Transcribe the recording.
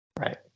Right